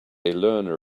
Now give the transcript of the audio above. learner